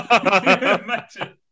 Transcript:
Imagine